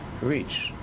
reach